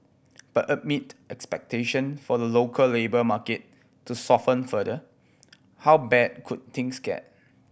but amid expectation for the local labour market to soften further how bad could things get